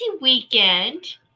weekend